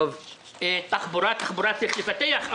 את התחבורה צריך לפתח,